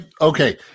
okay